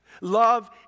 Love